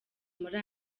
muri